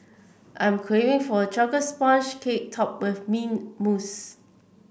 I'm craving for a chocolate sponge cake topped with mint mousse